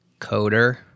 coder